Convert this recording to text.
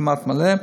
כמעט מלא.